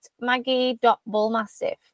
maggie.bullmastiff